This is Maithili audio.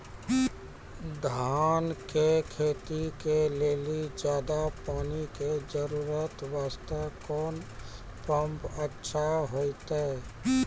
धान के खेती के लेली ज्यादा पानी के जरूरत वास्ते कोंन पम्प अच्छा होइते?